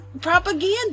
propaganda